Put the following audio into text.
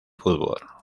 fútbol